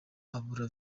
abura